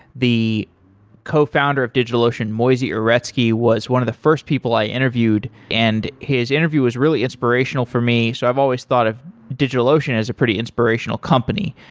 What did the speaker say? the co-founder of digitalocean moisey uretsky was one of the first people i interviewed and his interview was really inspirational for me, so i've always thought of digitalocean as a pretty inspirational company.